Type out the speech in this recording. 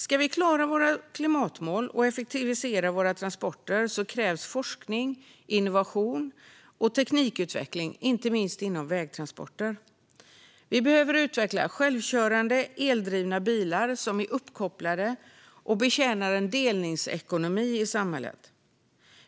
Ska vi klara våra klimatmål och effektivisera våra transporter krävs forskning, innovation och teknikutveckling, inte minst inom vägtransporter. Vi behöver utveckla självkörande eldrivna bilar som är uppkopplade och som betjänar en delningsekonomi i samhället.